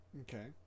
Okay